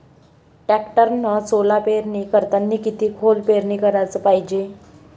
टॅक्टरनं सोला पेरनी करतांनी किती खोल पेरनी कराच पायजे?